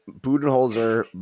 Budenholzer